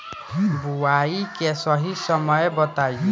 बुआई के सही समय बताई?